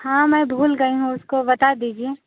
हाँ मैं भूल गई हूँ उसको बता दीजिए